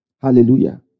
Hallelujah